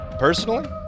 personally